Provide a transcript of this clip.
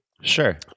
sure